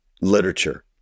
literature